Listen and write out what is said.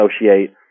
associate